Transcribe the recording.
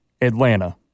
Atlanta